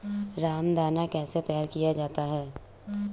रामदाना कैसे तैयार किया जाता है?